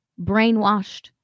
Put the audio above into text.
brainwashed